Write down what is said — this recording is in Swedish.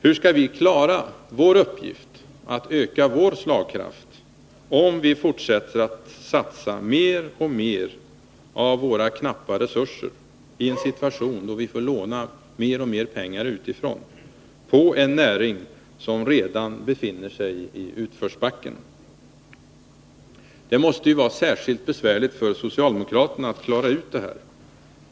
Hur skall vi klara uppgiften att öka vår slagkraft, om vi fortsätter att satsa mer och mer av våra knappa resurser i en situation då vi får låna mer och mer pengar utifrån på en näring som redan befinner sig i utförsbacken? Det måste vara särskilt besvärligt för socialdemokraterna att klara ut det här.